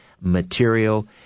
material